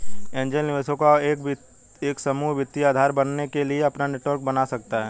angel निवेशकों का एक समूह वित्तीय आधार बनने के लिए अपना नेटवर्क बना सकता हैं